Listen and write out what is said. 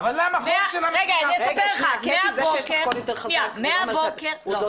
אבל השלטון המקומי הוא חלק